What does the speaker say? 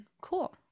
Cool